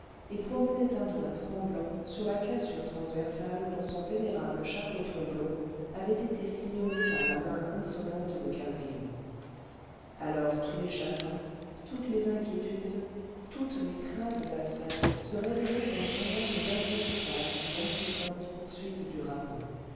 et promenait un doigt tremblant sur la cassure transversale dont son vénérable chapeau tromblon avait été sillonné par la main insolente de cabrion alors tous les chagrins toutes les inquiétudes toutes les craintes d'alfred se réveillaient en songeant aux inconcevables et incessantes poursuites du rapin